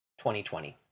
2020